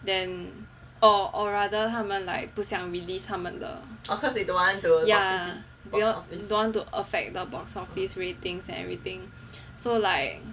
then or or rather 他们 like 不想 released 他们的 ya they don't want to affect the box office ratings and everything so like